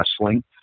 wrestling